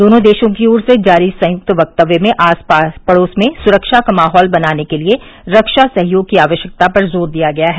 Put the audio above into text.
दोनों देशों की ओर से जारी संयुक्त वक्तव्य में आस पढ़ोस में सुरक्षा का माहौल बनाने के लिए रक्षा सहयोग की आवश्यकता पर जोर दिया गया है